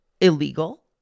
illegal